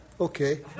okay